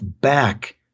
back